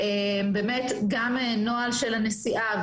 באמת גם נוהל של הנשיאה,